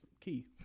Key